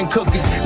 Cookies